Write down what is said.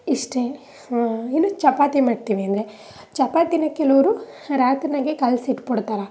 ಇಷ್ಟೇ ಹಾಂ ಇನ್ನೂ ಚಪಾತಿ ಮಾಡ್ತೀವಿ ಅಂದರೆ ಚಪಾತಿನ ಕೆಲವರು ರಾತ್ರಿನಾಗೆ ಕಲಸಿಟ್ಬಿಡ್ತಾರೆ